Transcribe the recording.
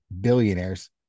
billionaires